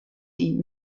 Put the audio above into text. die